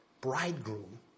bridegroom